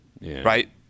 right